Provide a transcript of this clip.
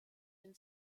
den